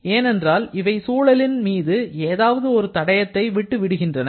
ஏனென்றால் இவை சூழலின் மீது ஏதாவது ஒரு தடயத்தை விட்டு விடுகின்றன